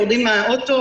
יורדים מן האוטו,